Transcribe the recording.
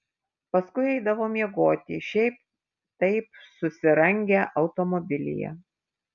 paskui eidavo miegoti šiaip taip susirangę automobilyje